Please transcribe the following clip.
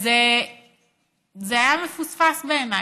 אז זה היה מפוספס בעיניי.